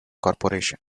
corporation